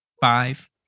five